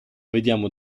vediamo